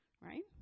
right